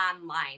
online